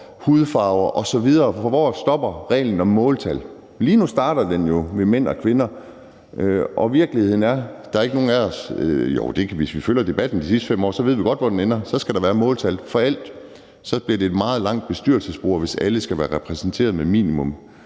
hudfarver osv., for hvor stopper reglen om måltal? Lige nu starter den jo ved mænd og kvinder, og virkeligheden er, at der ikke er nogen af os, der ved, hvor den ender. Eller jo, hvis man har fulgt debatten de sidste 5 år, ved vi godt, hvor den ender, for så skal der være måltal for alt, og så bliver det et meget langt bestyrelsesbord, hvis alle skal være repræsenteret med minimum